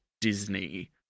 Disney